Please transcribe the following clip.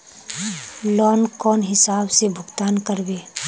Loan कौन हिसाब से भुगतान करबे?